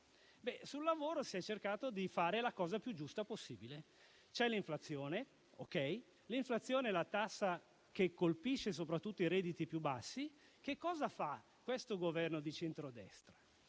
Sul lavoro si è cercato di fare la cosa più giusta possibile: c'è l'inflazione, una tassa che colpisce soprattutto i redditi più bassi. Che cosa fa questo Governo di centrodestra?